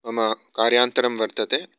मम कार्यान्तरं वर्तते